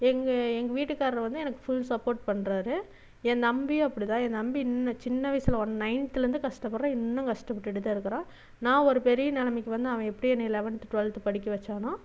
எங்கள் எங்கள் வீட்டுக்காரர் வந்து எனக்கு ஃபுல் சப்போர்ட் பண்ணுறாரு என் தம்பியும் அப்படித்தான் என் தம்பி இன்னும் சின்ன வயசுலேருந்தே நைன்த்துலருந்தே கஷ்டப்படுகிறான் இன்னும் கஷ்டபட்டுட்டு தான் இருக்கிறான் நான் ஒரு பெரிய நெலைமைக்கு வந்து அவன் எப்படி என்னை லெவெந்த் டுவல்த்து படிக்க வைச்சானோ